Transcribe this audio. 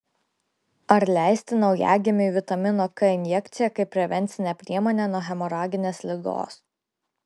ar leisti naujagimiui vitamino k injekciją kaip prevencinę priemonę nuo hemoraginės ligos